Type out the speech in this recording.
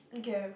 okay